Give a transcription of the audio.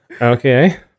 okay